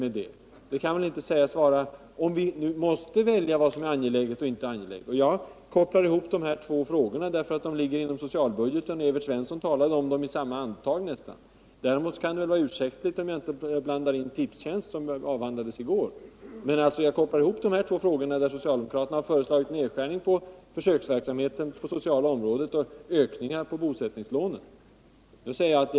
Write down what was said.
Vi måste ju bestämma oss för vad som är angeläget och vad som inte är det. Jag kopplar ihop de här två anslagen därför att de ligger inom socialbudgeten och därför att Evert Svensson talade om dem i nästan samma andetag. Det kan kanske vara ursäktligt om jag inte blandar in Tipstjänst, som avhandlades i går. Jag kopplar ihop de här två frågorna, eftersom socialdemokraterna har föreslagit nedskärning när det gäller försöksverksamheten inom det sociala området och ökning när det gäller bosättningslånet.